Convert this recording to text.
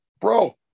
bro